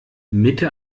mitte